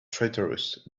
traitorous